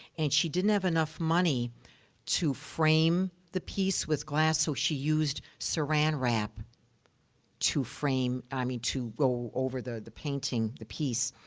and she didn't have enough money to frame the piece with glass, so she used saran wrap to frame i mean, to go over the the painting, the piece.